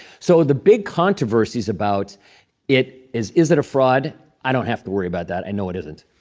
so the big controversies about it is is it a fraud i don't have to worry about that. i know it isn't.